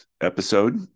episode